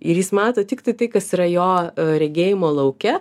ir jis mato tiktai tai kas yra jo regėjimo lauke